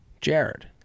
Jared